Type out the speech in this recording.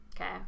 Okay